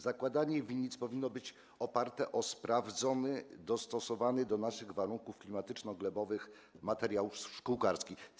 Zakładanie winnic powinno być oparte na sprawdzonym, dostosowanym do naszych warunków klimatyczno-glebowych materiale szkółkarskim.